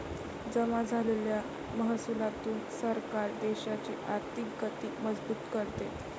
जमा झालेल्या महसुलातून सरकार देशाची आर्थिक गती मजबूत करते